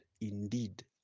indeed